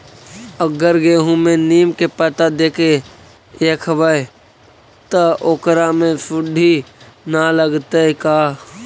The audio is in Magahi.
अगर गेहूं में नीम के पता देके यखबै त ओकरा में सुढि न लगतै का?